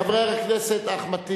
חבר הכנסת אחמד טיבי,